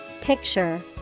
picture